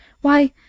Why